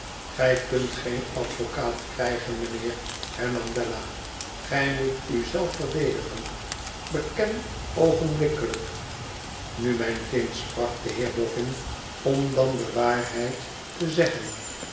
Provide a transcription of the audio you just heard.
gij kunt een advocaat krijgen mijnheer hernam bella gij moet u zelf verdedigen beken oogenblikkelijk nu mijn kind sprak de heer bofin tom dan de waarheid te zeggen